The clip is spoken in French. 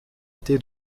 été